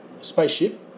spaceship